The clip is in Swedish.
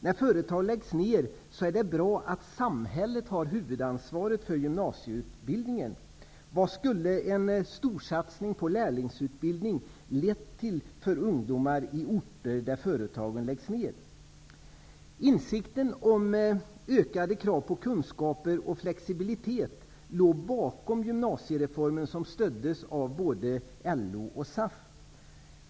När företag läggs ned är det bra att samhället har huvudansvaret för gymnasieutbildningen. Vad skulle en storsatsning på lärlingsutbildning ha lett till för ungdomar på orter där företagen läggs ned? Insikten om ökade krav på kunskaper och flexibilitet låg bakom gymnasiereformen, som stöddes av både LO och SAF.